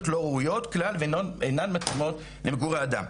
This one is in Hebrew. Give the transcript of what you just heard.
לא ראויים כלל וכי אינן מתאימות למגורי אדם.